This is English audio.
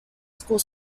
school